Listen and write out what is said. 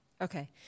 Okay